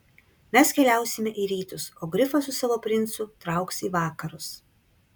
mes keliausime į rytus o grifas su savo princu trauks į vakarus